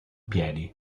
piedi